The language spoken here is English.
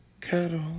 Cattle